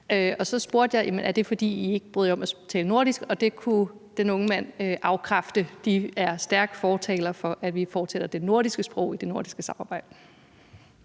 og så spurgte jeg: Jamen er det, fordi I ikke bryder jer om at tale nordisk? Og det kunne den unge mand afkræfte; de er stærke fortalere for, at vi fortsætter med det nordiske sprog i det nordiske samarbejde.